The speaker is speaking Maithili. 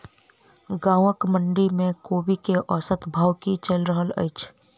गाँवक मंडी मे कोबी केँ औसत भाव की चलि रहल अछि?